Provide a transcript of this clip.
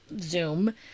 Zoom